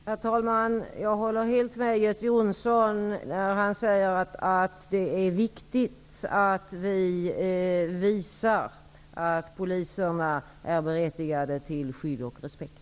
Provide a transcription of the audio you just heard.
Herr talman! Jag håller helt med Göte Jonsson, när han säger att det är viktigt att vi visar att poliserna är berättigade till skydd och respekt.